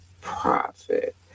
profit